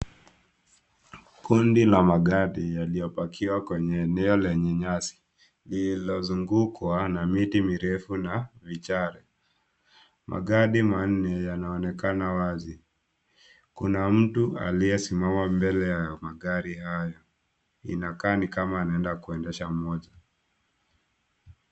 Kundi la magari yaliyopakiwa kwenye eneo lenye nyasi lililozungukwa na miti mirefu na vichaka. Magari manne yanaonekana wazi. Kuna mtu aliyesimama mbele ya magari hayo. Inakaa ni kama anaenda kuendesha moja.